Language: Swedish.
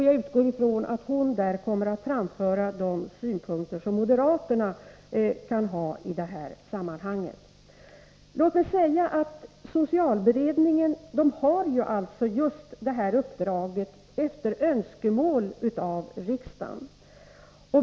Jag utgår från att hon där kommer att framföra de synpunkter som moderaterna kan ha i detta sammanhang. Låt mig säga att socialberedningen har just detta uppdrag efter önskemål av riksdagen.